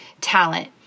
talent